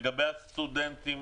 לגבי הסטודנטים,